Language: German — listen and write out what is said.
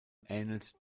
ähnelt